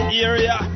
area